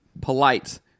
polite